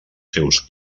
seus